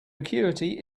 acuity